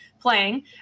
playing